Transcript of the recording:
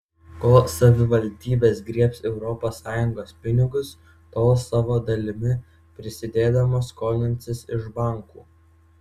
kol savivaldybės griebs europos sąjungos pinigus tol savo dalimi prisidėdamos skolinsis iš bankų